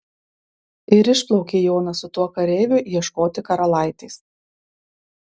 ir išplaukė jonas su tuo kareiviu ieškoti karalaitės